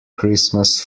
christmas